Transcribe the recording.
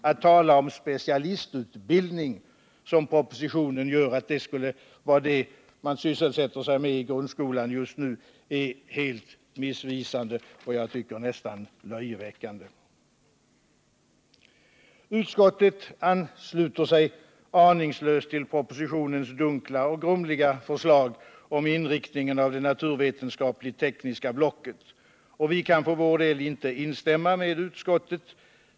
Att, som man gör i propositionen, tala om att specialistutbildning skulle vara det man just nu sysselsätter sig med i grundskolan är helt missvisande och enligt min mening nästan löjeväckande. Utskottet ansluter sig aningslöst till propositionens dunkla och grumliga förslag om inriktningen av det naturvetenskapligt-tekniska blocket. Vi kan för vår del inte instämma med utskottet.